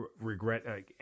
regret